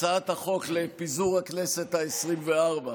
הצעת החוק לפיזור הכנסת העשרים-וארבע.